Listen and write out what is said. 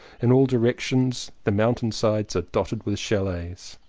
in all directions the mountain sides are dotted with chalets.